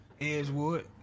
Edgewood